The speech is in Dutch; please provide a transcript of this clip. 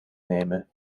nemen